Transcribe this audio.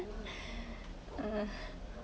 uh